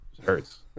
Hurts